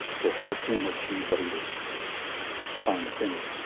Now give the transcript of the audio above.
to help him achieve what he was trying to finish.